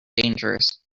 dangerous